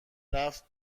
رفت